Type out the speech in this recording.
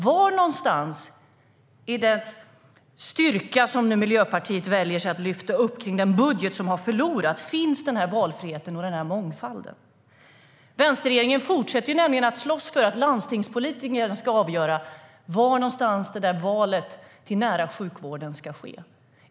Var någonstans, i den styrka som Miljöpartiet nu väljer att lyfta upp kring den budget som har förlorat, finns den här valfriheten och den här mångfalden? Vänsterregeringen fortsätter nämligen att slåss för att landstingspolitikerna ska avgöra var valet till den nära sjukvården ska ske.